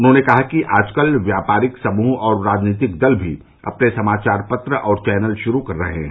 उन्होंने कहा कि आजकल व्यापारिक समूह और राजनीतिक दल भी अपने समाचार पत्र और चौनल शुरू कर रहे हैं